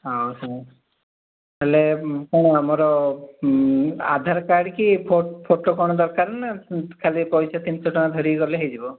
ହଉ ସାର୍ ହେଲେ କ'ଣ ଆମର ଆଧାର କାର୍ଡ଼୍ କି ଫଟୋ କ'ଣ ଦରକାର ନା ଖାଲି ପଇସା ତିନିଶହ ଟଙ୍କା ଧରିକି ଗଲେ ହୋଇଯିବ